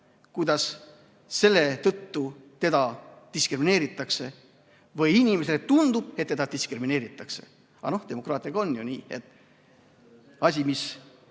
kuidas selle tõttu teda diskrimineeritakse või inimesele vähemalt tundub, et teda diskrimineeritakse. Aga noh, demokraatiaga on ju nii, et asi, mis